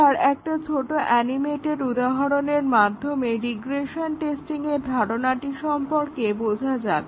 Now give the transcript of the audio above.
এবার একটা ছোট অ্যানিমেটেড উদাহরনের মাধ্যমে রিগ্রেশন টেস্টিংয়ের ধারণাটি সম্পর্কে বোঝা যাক